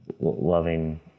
loving